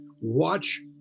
watch